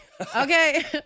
Okay